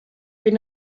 been